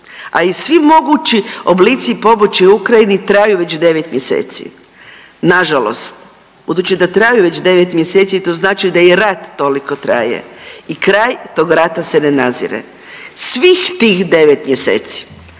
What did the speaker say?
a i svi mogući oblici pomoći Ukrajine traju već 9 mjeseci. Nažalost, budući da traju već 9 mjeseci, to znači da i rat toliko traje i kraj tog rata se ne nazire. Svih tih 9 mjeseci